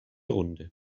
runde